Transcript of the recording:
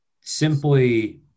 simply